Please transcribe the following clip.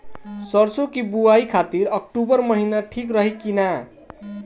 सरसों की बुवाई खाती अक्टूबर महीना ठीक रही की ना?